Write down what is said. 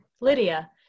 lydia